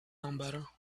number